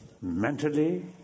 Mentally